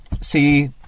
see